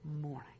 morning